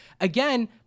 again